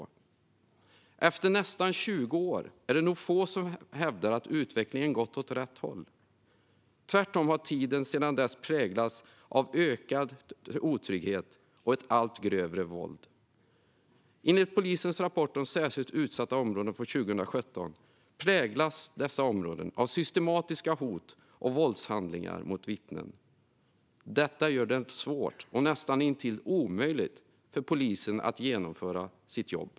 Efter nästan 20 år är det nog få som hävdar att utvecklingen gått åt rätt håll. Tvärtom har tiden sedan dess präglats av ökad otrygghet och allt grövre våld. Enligt polisens rapport från 2017 om särskilt utsatta områden präglas dessa områden av systematiska hot och våldshandlingar mot vittnen. Detta gör det svårt eller näst intill omöjligt för polisen att genomföra sitt jobb.